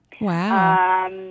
Wow